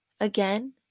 again